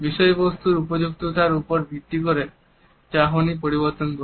বিষয়বস্তুর উপযুক্ততার ওপর ভিত্তি করে চাহনি পরিবর্তন করে